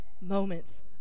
moments